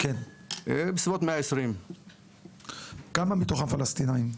בסביבות 120. כמה מתוכם פלסטינים?